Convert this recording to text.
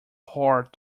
hard